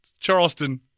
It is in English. charleston